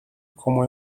como